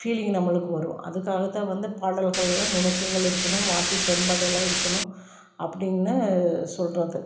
feeling நம்மளுக்கு வரும் அதுக்காகத்தான் வந்து பாடல்கள்ல நுணுக்கங்கள் இருக்கணும் வார்த்தை பயன்பாடெல்லாம் இருக்கணும் அப்படின்னு சொல்கிறது